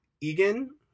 egan